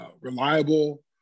reliable